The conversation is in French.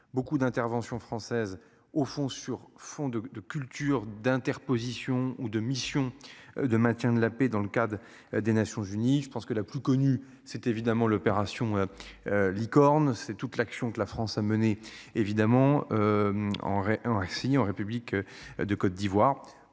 Beaucoup d'intervention française au fond sur fond de de culture d'interposition ou de missions de maintien de la paix dans le cadre des Nations-Unies. Je pense que la plus connue, c'était évidemment l'opération. Licorne c'est toute l'action de la France a mené évidemment. En ainsi en république de Côte d'Ivoire